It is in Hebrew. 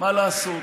מה לעשות?